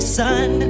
sun